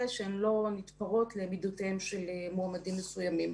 שהן לא נתפרות למידותיהם של מועמדים מסוימים.